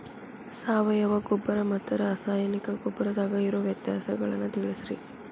ಸಾವಯವ ಗೊಬ್ಬರ ಮತ್ತ ರಾಸಾಯನಿಕ ಗೊಬ್ಬರದಾಗ ಇರೋ ವ್ಯತ್ಯಾಸಗಳನ್ನ ತಿಳಸ್ರಿ